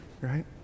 right